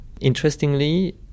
interestingly